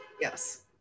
Yes